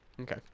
Okay